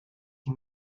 die